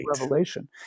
revelation